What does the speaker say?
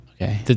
Okay